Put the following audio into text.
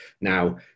now